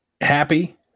happy